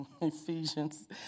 Ephesians